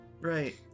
Right